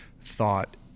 thought